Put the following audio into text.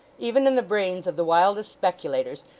even in the brains of the wildest speculators,